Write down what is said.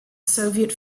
soviet